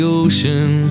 ocean